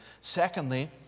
Secondly